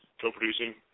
co-producing